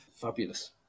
Fabulous